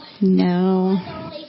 No